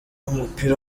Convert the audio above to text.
w’umupira